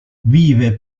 vive